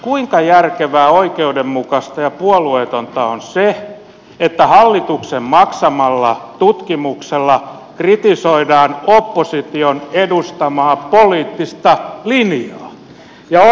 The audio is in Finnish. kuinka järkevää oikeudenmukaista ja puolueetonta on se että hallituksen maksamalla tutkimuksella kritisoidaan opposition edustamaa poliittista linjaa